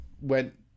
went